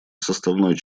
составной